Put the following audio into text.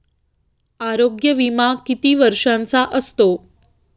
आरोग्य विमा किती वर्षांचा असतो?